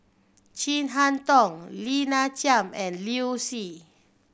Chin Harn Tong Lina Chiam and Liu Si